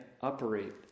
operate